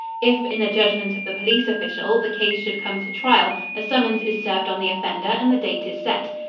if, in the judgment of the police official, the case should come to trial, a summons is served on the offender and the date is set.